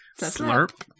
Slurp